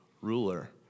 ruler